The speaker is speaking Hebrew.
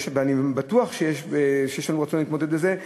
ואני בטוח שיש לנו רצון להתמודד עם זה,